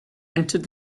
entered